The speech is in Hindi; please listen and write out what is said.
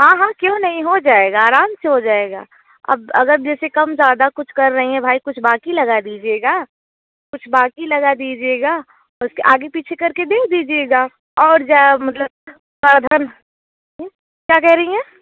हाँ हाँ क्यों नहीं हो जाएगा आराम से हो जाएगा अब अगर जैसे कम ज़्यादा कुछ कर रही हैं भाई कुछ बाकी लगा दीजिएगा कुछ बाकी लगा दीजिएगा उसके आगे पीछे करके भेज दीजिएगा और मतलब करधन जी क्या कह रही हैं